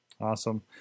Awesome